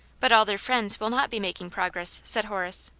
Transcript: but all their friends will not be making progress, said horace.